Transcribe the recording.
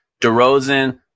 DeRozan